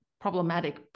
problematic